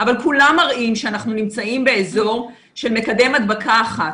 אבל כולם מראים שאנחנו נמצאים באזור של מקדם הדבקה 1,